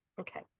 Okay